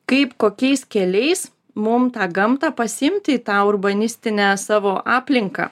kaip kokiais keliais mum tą gamtą pasiimti į tą urbanistinę savo aplinką